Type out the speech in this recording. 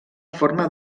forma